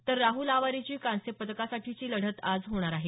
तर राहल आवारेची कांस्य पदकासाठीची लढत आज होणार आहे